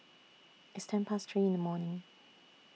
its ten Past three in The morning